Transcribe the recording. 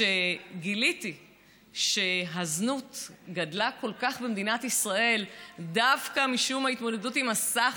גיליתי שהזנות גדלה כל כך במדינת ישראל דווקא משום ההתמודדות עם הסחר.